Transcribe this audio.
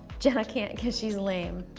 jenna can't cause she's lame.